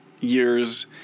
years